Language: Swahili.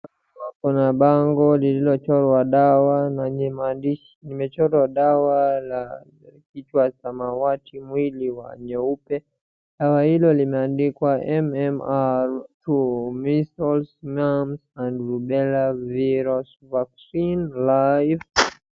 Hapa kuna bango liliochorwa dawa na yenye maandishi, limechorwa dawa ya kichwa wa samawati, mwili wa nyeupe. Dawa hilo limeandikwa MMR II measles, mumps and rubella virus vaccine .